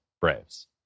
Braves